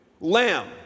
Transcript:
lamb